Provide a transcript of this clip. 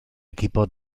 equipo